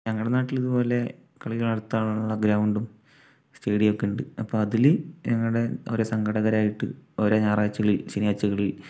ഞങ്ങളുടെ നാട്ടിൽ ഇതുപോലെ കളി നടത്താനുള്ള ഗ്രൗണ്ടും സ്റ്റേഡിയം ഒക്കെ ഉണ്ട് അപ്പോൾ അതിൽ ഞങ്ങളുടെ ഒരോ സംഘാടകരുമായിട്ട് ഓരോ ഞായറാഴ്ചകളിൽ ശനിയാഴ്ചകളിൽ